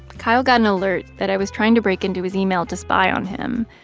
kyle got an alert that i was trying to break into his email to spy on him,